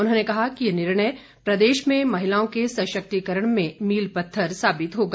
उन्होंने कहा कि ये निर्णय प्रदेश में महिलाओं के सशक्तिकरण में मील पत्थर साबित होगा